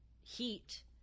Heat